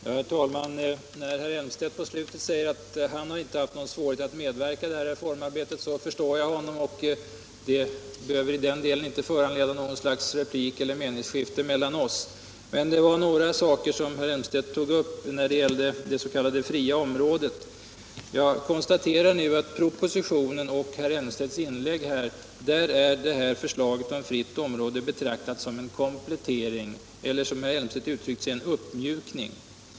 Herr talman! Herr Elmstedt säger i slutet av sitt anförande att han inte haft någon svårighet att medverka i reformarbetet, och det tvivlar jag inte på. Den saken behöver därför inte föranleda någon replik eller något meningsskifte mellan oss, men jag vill ta upp det som herr Elmstedt forskning inom Jag konstaterar att i propositionen och i herr Elmstedts inlägg är förslaget om fritt område betraktat som en komplettering, eller, som herr Elmstedt uttryckte det, en uppmjukning.